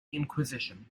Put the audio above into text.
inquisition